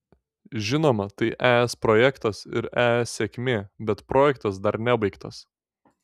žinoma tai es projektas ir es sėkmė bet projektas dar nebaigtas